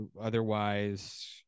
otherwise